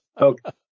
Okay